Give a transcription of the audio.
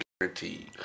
guaranteed